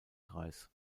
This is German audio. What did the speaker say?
kreis